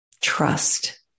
Trust